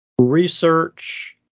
research